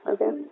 Okay